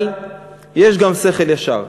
אבל יש גם שכל ישר.